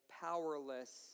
powerless